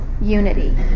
unity